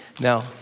Now